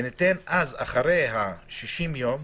ואחרי 60 הימים